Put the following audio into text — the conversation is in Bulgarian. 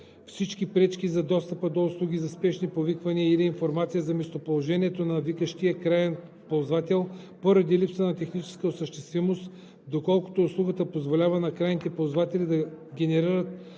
всички пречки за достъпа до услуги за спешни повиквания или информация за местоположението на викащия краен ползвател поради липса на техническа осъществимост, доколкото услугата позволява на крайните ползватели да генерират